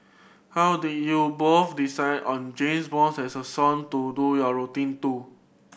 how did you both decide on James Bond as a song to do your routine to